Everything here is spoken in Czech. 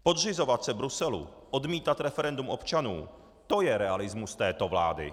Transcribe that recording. Podřizovat se Bruselu, odmítat referendum občanů, to je realismus této vlády!